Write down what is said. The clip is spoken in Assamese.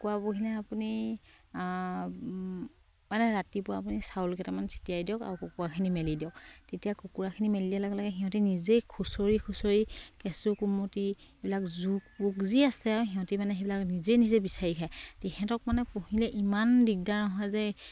কুকুৰা পুহিলে আপুনি মানে ৰাতিপুৱা আপুনি চাউল কেইটামান চিটিয়াই দিয়ক আৰু কুকুৰাখিনি মেলি দিয়ক তেতিয়া কুকুৰাখিনি মেলি দিয়াৰ লগে লগে সিহঁতি নিজেই খুচৰি খুচৰি কেঁচু কুমটি এইবিলাক জোক পোক যি আছে আৰু সিহঁতি মানে সেইবিলাক নিজে নিজে বিচাৰি খায় তেহেঁতক মানে পুহিলে ইমান দিগদাৰ নহয় যে